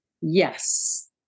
Yes